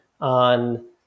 on